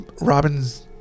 Robin's